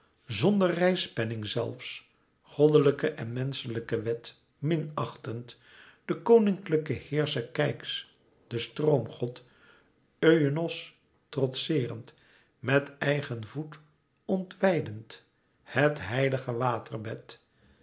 zonder reispenning zelfs goddelijke en menschelijke wet minachtend den koninklijken heerscher keyx den stroomgod euenos trotseerend met eigen voet ontwijdend het heilige waterbed